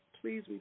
please